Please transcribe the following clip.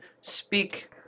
speak